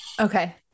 Okay